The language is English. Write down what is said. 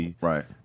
Right